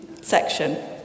section